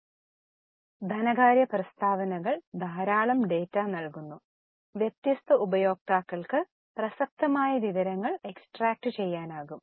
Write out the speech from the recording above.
അതിനാൽ ധനകാര്യ പ്രസ്താവനകൾ ധാരാളം ഡാറ്റ നൽകുന്നു വ്യത്യസ്ത ഉപയോക്താക്കൾക്ക് പ്രസക്തമായ വിവരങ്ങൾ എക്സ്ട്രാക്റ്റുചെയ്യാനാകും